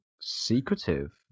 secretive